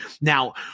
Now